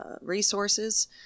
resources